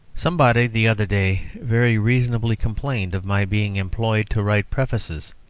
somebody, the other day, very reasonably complained of my being employed to write prefaces.